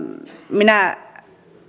minä